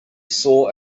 saw